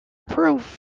proof